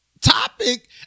topic